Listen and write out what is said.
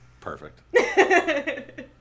Perfect